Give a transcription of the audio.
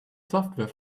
software